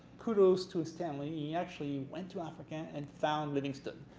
kudos to stanley he actually went to africa and found livingstone!